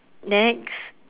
next